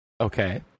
Okay